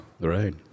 Right